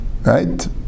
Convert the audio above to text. right